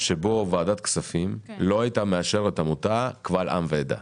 שבו ועדת כספים לא הייתה מאשרת עמותה קבל עם ועדה?